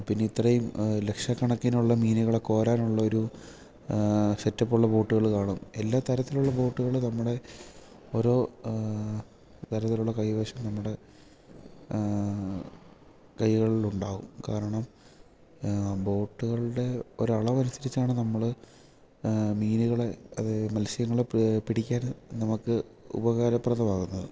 പിന്നെ ഇത്രയും ലക്ഷക്കണക്കിനുള്ള മീനുകളെ കോരാനുള്ളൊരു സെറ്റപ്പുള്ള ബോട്ടുകൾ കാണും എല്ലാതരത്തിലുള്ള ബോട്ടുകളും നമ്മുടെ ഓരോ തരത്തിലുള്ള കൈവശം നമ്മുടെ കൈകളിലുണ്ടാകും കാരണം ബോട്ടുകളുടെ ഒരളവനുസരിച്ചാണ് നമ്മൾ മീനുകളെ അതായത് മത്സ്യങ്ങളെ പിടിക്കാൻ നമുക്ക് ഉപകാരപ്രദമാകുന്നത്